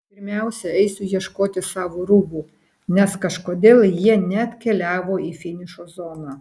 pirmiausia eisiu ieškoti savo rūbų nes kažkodėl jie neatkeliavo į finišo zoną